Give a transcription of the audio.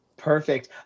Perfect